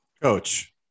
Coach